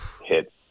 hit